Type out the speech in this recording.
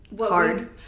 hard